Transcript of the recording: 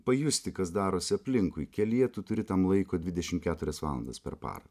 pajusti kas darosi aplinkui kelyje turi tam laiko dvidešim keturias valandas per parą